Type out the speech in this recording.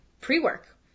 pre-work